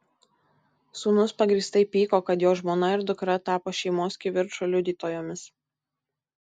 sūnus pagrįstai pyko kad jo žmona ir dukra tapo šeimos kivirčo liudytojomis